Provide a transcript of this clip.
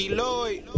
Lloyd